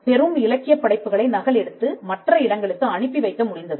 பெரும் இலக்கிய படைப்புகளை நகல் எடுத்து மற்ற இடங்களுக்கு அனுப்பி வைக்க முடிந்தது